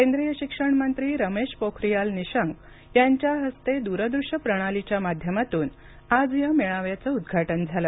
केंद्रीय शिक्षण मंत्री रमेश पोखरियाल निशंक यांच्या हस्ते दूरदृश्य प्रणालीच्या माध्यमातून आज या मेळाव्याचं उद्घाटन झालं